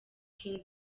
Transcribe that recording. king